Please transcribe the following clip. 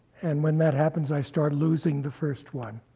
and when that happens, i start losing the first one.